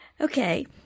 Okay